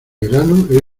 verano